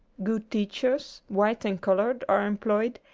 good teachers, white and colored, are employed,